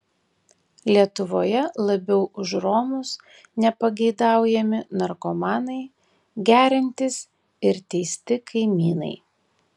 lietuvoje labiau už romus nepageidaujami narkomanai geriantys ir teisti kaimynai